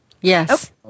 Yes